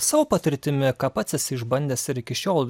savo patirtimi ką pats esi išbandęs ir iki šiol